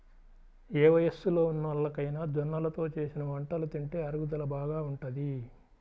ఏ వయస్సులో ఉన్నోల్లకైనా జొన్నలతో చేసిన వంటలు తింటే అరుగుదల బాగా ఉంటది